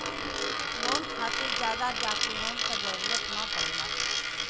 loan खातिर जादा document क जरुरत न पड़ेला